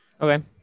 Okay